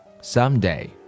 Someday